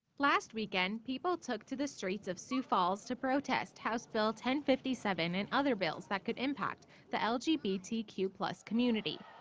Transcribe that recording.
last weekend, people took to the streets of sioux falls to protest house bill ten fifty seven and other bills that could impact the l g b t q plus community.